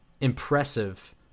impressive